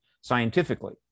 scientifically